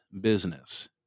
business